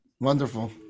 wonderful